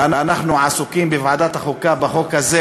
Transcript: ואנחנו עסוקים בוועדת החוקה בחוק הזה